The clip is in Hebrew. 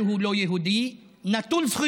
את יכולה